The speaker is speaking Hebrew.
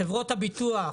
חברות הביטוח,